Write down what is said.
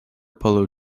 polo